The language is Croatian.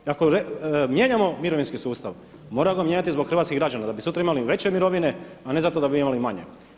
I ako mijenjamo mirovinski sustav moramo ga mijenjati zbog hrvatskih građana da bi sutra imali veće mirovine, a ne da bi imali manje.